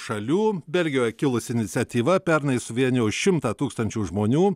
šalių belgijoje kilusi iniciatyva pernai suvienijo šimtą tūkstančių žmonių